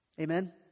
Amen